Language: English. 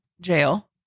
jail